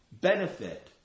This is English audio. benefit